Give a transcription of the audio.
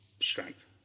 strength